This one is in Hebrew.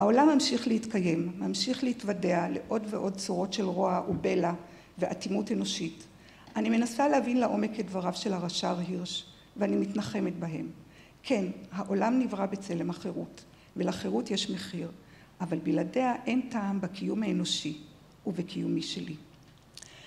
העולם ממשיך להתקיים, ממשיך להתוודע לעוד ועוד צורות של רוע ובלע, ואטימות אנושית. אני מנסה להבין לעומק את דבריו של הרש"ר הירש, ואני מתנחמת בהם. כן, העולם נברא בצלם החירות, ולחירות יש מחיר, אבל בלעדיה אין טעם בקיום האנושי ובקיום משלי.